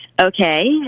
Okay